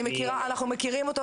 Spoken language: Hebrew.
אנחנו מכירים אותו,